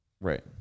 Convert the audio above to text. Right